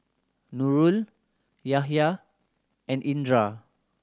Nurul Yahya and Indra